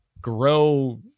grow